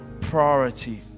priority